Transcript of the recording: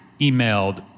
emailed